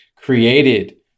created